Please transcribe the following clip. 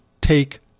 take